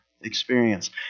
experience